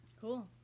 Cool